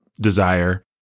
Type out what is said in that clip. desire